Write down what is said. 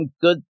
good